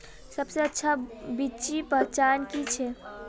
सबसे अच्छा बिच्ची पहचान की छे?